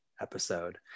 episode